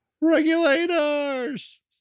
Regulators